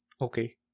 Okay